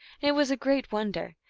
and it was a great wonder,